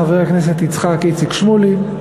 חבר הכנסת יצחק איציק שמולי,